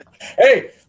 hey